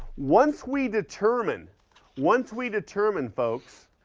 once we determine once we determine, folks,